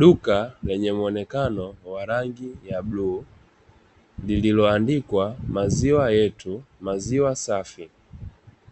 Duka lenye muonekano wa rangi ya bluu lililoandikwa 'maziwa yetu maziwa safi',